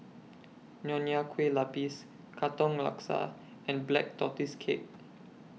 Nonya Kueh Lapis Katong Laksa and Black Tortoise Cake